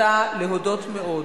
תודה רבה.